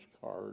card